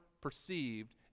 perceived